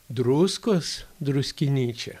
druskos druskinyčią